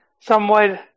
somewhat